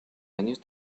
años